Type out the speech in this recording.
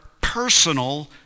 personal